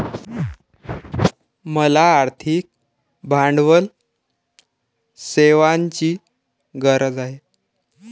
मला आर्थिक भांडवल सेवांची गरज आहे